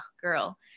girl